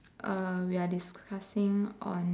uh we are discussing on